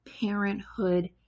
Parenthood